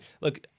look